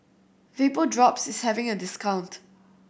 Vapodrops is having a discount